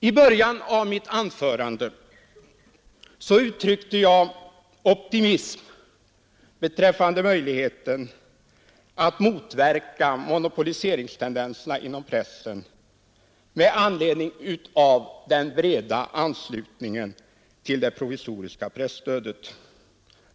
I början av mitt anförande uttryckte jag optimism beträffande möjligheterna att motverka monopoliseringstendenserna inom pressen med anledning av den breda anslutningen till det provisoriska presstödet.